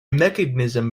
mechanism